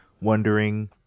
wondering